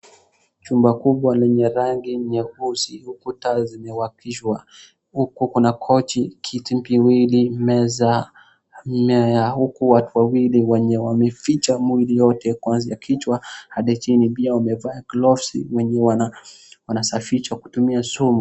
Chumba kubwa lenye rangi nyeusi kuta zimewakishwa huku kuna kochi, kitini viwili, meza , mimea huku watu wawili wenye wameficha mwili yote kuanzia kichwa hadi chini pia wamevaa gloves wenye wanasafisha kutumia sumu.